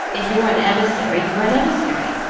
if you're an emissary you're an emissary.